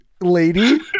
lady